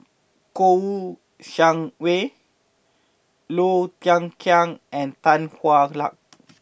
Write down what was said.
Kouo Shang Wei Low Thia Khiang and Tan Hwa Luck